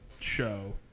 show